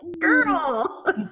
Girl